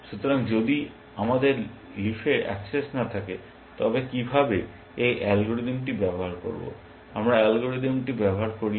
সুতরাং যদি আমাদের লিফের অ্যাক্সেস না থাকে তবে আমরা কীভাবে এই অ্যালগরিদমটি ব্যবহার করব আমরা অ্যালগরিদম ব্যবহার করতে পারি না